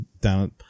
down